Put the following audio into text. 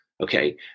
Okay